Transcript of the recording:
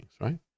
right